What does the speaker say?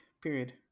period